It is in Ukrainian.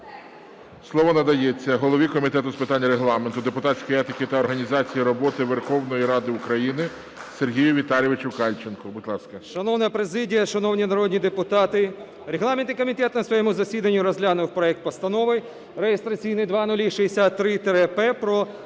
Слово надається голові Комітету з питань Регламенту, депутатської етики та організації роботи Верховної Ради України Сергію Віталійовичу Кальченку. Будь ласка. 10:55:39 КАЛЬЧЕНКО С.В. Шановна президія, шановні народні депутати! Регламентний комітет на своєму засіданні розглянув проект Постанови (реєстраційний 0063-П) про скасування